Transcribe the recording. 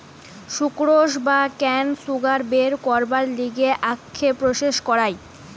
sucrose বা cane sugar বের করবার লিগে আখকে প্রসেস করায়